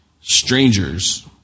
strangers